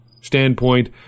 standpoint